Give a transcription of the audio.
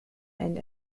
and